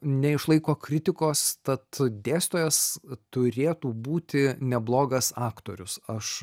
neišlaiko kritikos tad dėstytojas turėtų būti neblogas aktorius aš